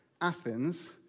Athens